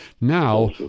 now